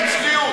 זה צביעות.